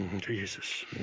Jesus